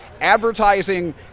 advertising